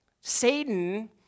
Satan